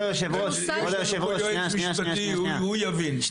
חוץ מהיועץ המשפטי הוא יבין -- אז אני אסביר.